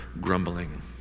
grumbling